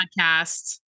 podcast